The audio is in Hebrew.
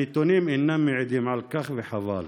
הנתונים אינם מעידים על כך, וחבל.